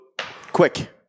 quick